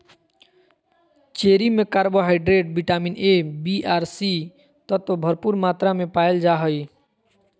cherry में carbohydrate, vitamin A, B आर C तत्व भरपूर मात्रा में पायल जा हइ